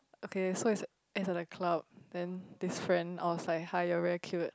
okay so is is like club then this friend I was like you are very cute